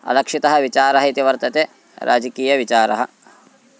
अलक्षितः विचारः इति वर्तते राजकीयविचारः